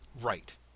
Right